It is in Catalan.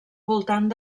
voltant